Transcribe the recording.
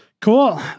Cool